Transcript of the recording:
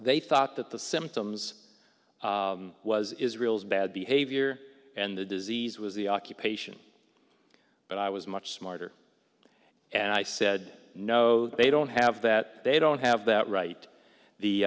they thought that the symptoms was israel's bad behavior and the disease was the occupation but i was much smarter and i said no they don't have that they don't have that right the